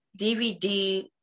DVD-